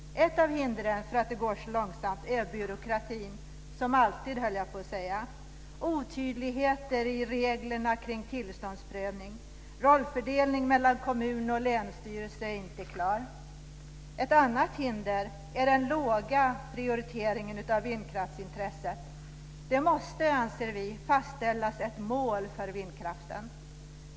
Ett av hindren för att det går så långsamt är byråkratin, som alltid höll jag på att säga, otydligheter i reglerna kring tillståndsprövning, och rollfördelning mellan kommuner och länsstyrelser är inte klar. Ett annat hinder är den låga prioriteringen av vindkraftsintresset. Det måste, anser vi, fastställas ett mål för vindkraften.